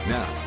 Now